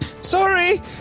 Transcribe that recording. Sorry